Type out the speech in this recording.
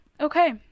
Okay